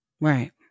Right